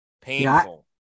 Painful